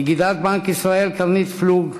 נגידת בנק ישראל קרנית פלוג,